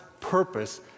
purpose